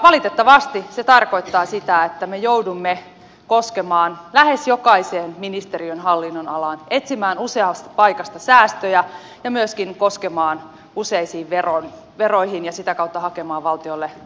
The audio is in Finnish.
valitettavasti se tarkoittaa sitä että me joudumme koskemaan lähes jokaisen ministeriön hallinnonalaan etsimään useasta paikasta säästöjä ja myöskin koskemaan useisiin veroihin ja sitä kautta hakemaan valtiolle lisätuloja